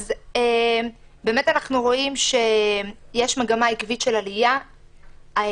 אנחנו רואים שיש מגמה עקבית של עלייה ואפשר